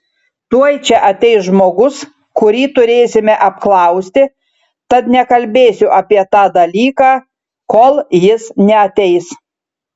tuoj čia ateis žmogus kurį turėsime apklausti tad nekalbėsiu apie tą dalyką kol jis neateis